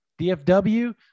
DFW